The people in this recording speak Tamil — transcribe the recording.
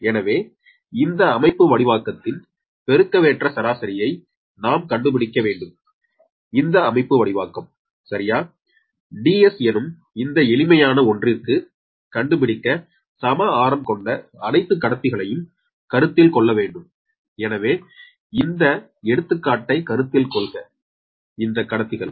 எனவே இந்த அமைப்புவடிவாக்கத்தின் பெருக்கவேற்ற சராசரியை நாம் கண்டுபிடிக்க வேண்டும் இந்த அமைப்புவடிவாக்கம் சரியா Ds எனும் இந்த எளிமையான ஒன்றிற்கு கண்டுபிடிக்க சம ஆரம் கொண்ட அனைத்து கடத்திகளையும் கருத்தில் கொள்ளவேண்டும் எனவே இந்த எடுத்துக்காட்டை கருத்தில் கொள்க இந்த கடத்திகள்